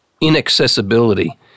inaccessibility